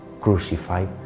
crucified